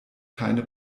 keine